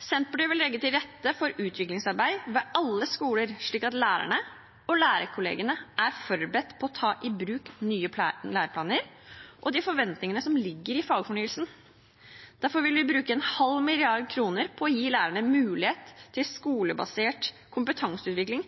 Senterpartiet vil legge til rette for utviklingsarbeid ved alle skoler, slik at lærerne og lærerkollegiene er forberedt på å ta i bruk nye læreplaner og på de forventningene som ligger i fagfornyelsen. Derfor vil vi bruke en halv milliard kroner på å gi lærerne mulighet til skolebasert kompetanseutvikling